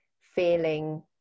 feeling